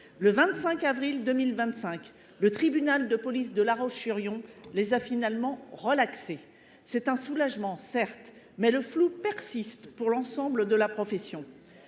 Le 25 avril 2025, le tribunal de police de La Roche-Churion les a finalement relaxés. C'est un soulagement, certes, mais le flou persiste pour l'ensemble de la profession.